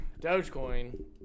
Dogecoin